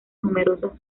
numerosas